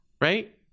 right